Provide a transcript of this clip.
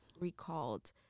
recalled